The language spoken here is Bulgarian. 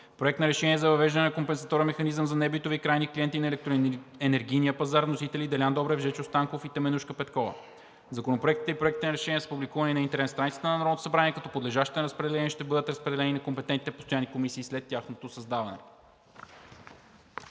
Проект на решение за въвеждане на компенсаторен механизъм за небитови крайни клиенти на електроенергийния пазар. Вносители са народните представители Делян Добрев, Жечо Станков и Теменужка Петкова. Законопроектите и проектите на решения са публикувани на интернет страницата на Народното събрание, като подлежащите на разпределение ще бъдат разпределени на компетентните постоянни комисии след тяхното създаване.